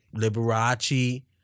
Liberace